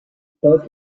both